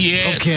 Yes